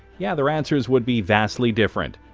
yeah, their answers would be vastly different.